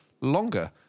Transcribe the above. longer